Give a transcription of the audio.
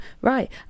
right